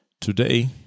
today